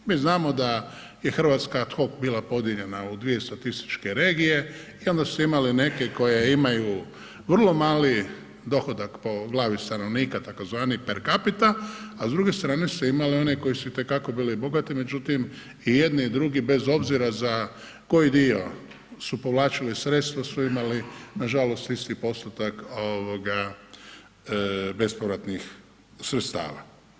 Mi znamo da je Hrvatska ad hoc bila podijeljena u dvije statističke regije i onda ste imali neke koje imaju vrlo mali dohodak po glavi stanovnika, tzv. per capita a s druge strane ste imali one koji su itekako bili bogati međutim i jedni i drugi bez obzira za koji dio su povlačili sredstva su imali nažalost isti postotak bespovratnih sredstava.